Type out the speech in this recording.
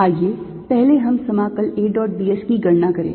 आइए पहले हम समाकल A dot d s की गणना करें